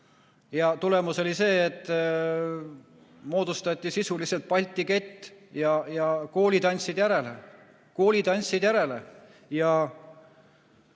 Ja tulemus oli see, et moodustati sisuliselt Balti kett ja koolid andsid järele. Koolid andsid järele ja